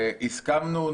הסכמנו,